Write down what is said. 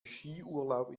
skiurlaub